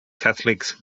catholic